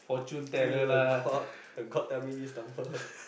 pray to the god the god tell me this number